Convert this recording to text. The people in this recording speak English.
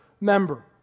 member